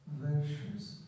virtues